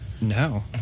no